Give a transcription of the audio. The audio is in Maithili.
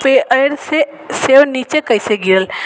पेड़सँ सेब नीचे कइसे गिरल